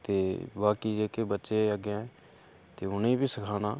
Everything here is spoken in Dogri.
ते बाकी जेह्के बच्चे अग्गें ते उ'नेंगी बी सखाना